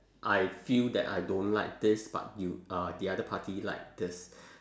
I feel that I don't like this but you uh the other party like this